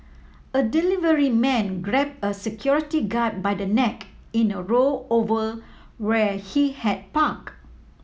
a delivery man grabbed a security guard by the neck in a row over where he had parked